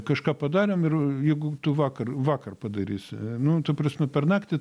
kažką padarėm ir jeigu tu vakar vakar padarysi nu ta prasme per naktį